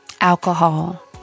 alcohol